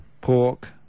pork